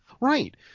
Right